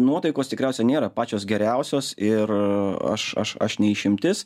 nuotaikos tikriausiai nėra pačios geriausios ir aš aš aš ne išimtis